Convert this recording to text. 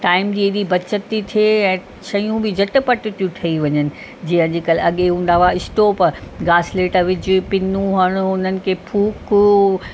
time जी हेॾी बचति थी थिए ऐं शयूं बि झटिपटि थियूं ठही वञनि जीअं अॼुकल्ह अॻे हूंदा हुआ इस्टोप घासलेट विझ पिनूं हण हुननि खे फूक